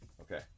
Okay